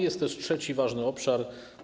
Jest też trzeci ważny obszar.